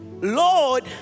Lord